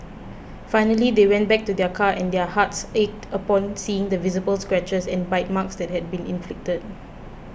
finally they went back to their car and their hearts ached upon seeing the visible scratches and bite marks that had been inflicted